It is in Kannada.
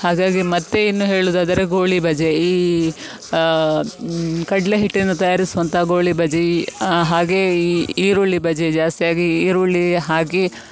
ಹಾಗಾಗಿ ಮತ್ತು ಇನ್ನು ಹೇಳುವುದಾದರೆ ಗೋಳಿ ಬಜೆ ಈ ಕಡಲೆ ಹಿಟ್ಟಿನಿಂದ ತಯಾರಿಸುವಂತ ಗೋಳಿ ಬಜೆ ಈ ಹಾಗೇ ಈ ಈರುಳ್ಳಿ ಬಜೆ ಜಾಸ್ತಿಯಾಗಿ ಈರುಳ್ಳಿ ಹಾಕಿ